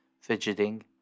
fidgeting